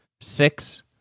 six